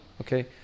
okay